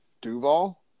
Duval